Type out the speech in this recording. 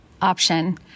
option